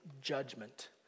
judgment